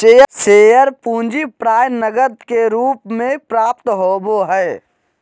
share पूंजी प्राय नकद के रूप में प्राप्त होबो हइ